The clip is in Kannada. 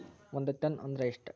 ಒಂದ್ ಟನ್ ಅಂದ್ರ ಎಷ್ಟ?